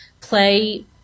play